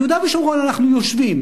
ביהודה ושומרון אנחנו יושבים,